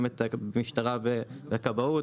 משטרה וכבאות.